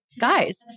guys